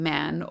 Man